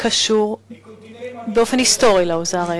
קשור באופן היסטורי לאזור הזה,